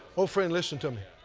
oh friend, listen to me.